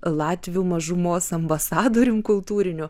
latvių mažumos ambasadorium kultūriniu